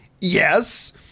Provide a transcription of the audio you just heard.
yes